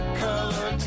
color